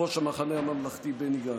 יושב-ראש המחנה הממלכתי בני גנץ,